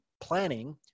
planning